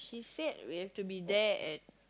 it's said we have to be there at